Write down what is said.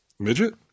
Midget